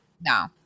No